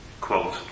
quote